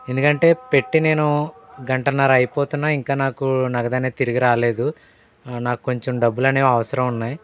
ఎందుకంటే పెట్టి నేను గంటన్నర అయిపోతున్నా ఇంకా నాకు నగదనే తిరిగి రాదు నాకు కొంచెం డబ్బులు అనేవి అవసరమున్నాయి